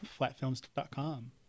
flatfilms.com